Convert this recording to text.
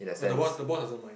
no the boss the boss doesn't mind